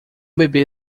bebê